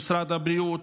למשרד הבריאות,